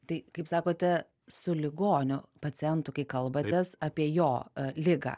tai kaip sakote su ligonio pacientu kai kalbatės apie jo ligą